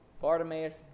bartimaeus